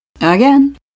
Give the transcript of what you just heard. Again